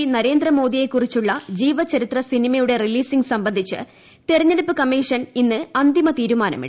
പ്രധാനമന്ത്രി നരേന്ദ്രമോദിയെക്കുറിച്ചുള്ള ജീവചരിത്ര സിനിമയുടെ റിലീസിംഗ് സംബന്ധിച്ച് തെരഞ്ഞെടുപ്പ് കമ്മീഷൻ ഇന്ന് അന്തിമ തീരുമാനമെടുക്കും